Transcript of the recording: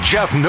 Jeff